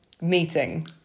meeting